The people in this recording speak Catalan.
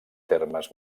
termes